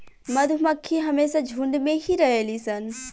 मधुमक्खी हमेशा झुण्ड में ही रहेली सन